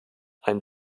ein